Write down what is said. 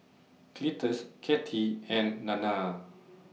Cletus Cathy and Nana